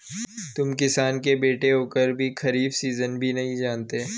तुम किसान के बेटे होकर भी खरीफ सीजन भी नहीं जानते